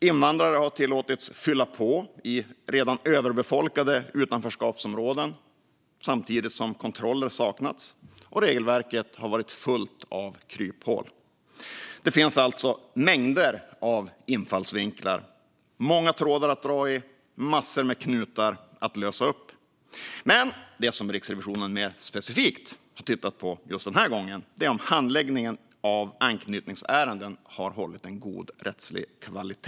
Invandrare har tillåtits fylla på i redan överbefolkade utanförskapsområden, samtidigt som kontroller saknats och regelverket har varit fullt av kryphål. Det finns alltså mängder av infallsvinklar - många trådar att dra i och massor av knutar att lösa upp. Men det som Riksrevisionen mer specifikt har tittat på just den här gången är om handläggningen av anknytningsärenden har hållit en god rättslig kvalitet.